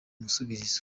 umusubizo